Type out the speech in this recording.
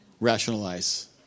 rationalize